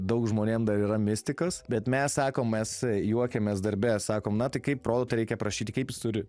daug žmonėm dar yra mistikos bet mes sakom mes juokiamės darbe sakom na tai kaip produktą reikia aprašyti kaip jis turi